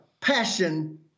passion